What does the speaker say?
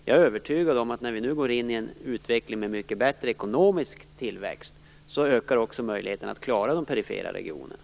Jag är övertygad om att när vi nu går in i en utveckling med mycket bättre ekonomisk tillväxt ökar också möjligheten att klara de perifera regionerna.